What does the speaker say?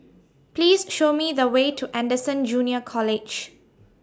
Please Show Me The Way to Anderson Junior College